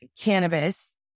cannabis